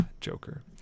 Joker